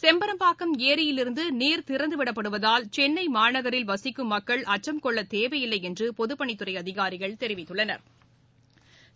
செம்பரம்பாக்கம் ஏரியிலிருந்து நீர் திறந்து விடப்படுவதால் சென்னை மாநகரில் வசிக்கும் மக்கள் அச்சம் கொள்ளத் தேவையில்லை என்று பொதுப்பணித்துறை அதிகாரிகள் தெரிவித்துள்ளனா்